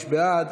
ההצבעה?